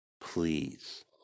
please